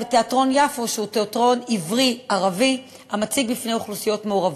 ותיאטרון יפו שהוא תיאטרון עברי-ערבי המציג בפני אוכלוסיות מעורבות.